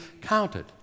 counted